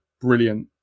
brilliant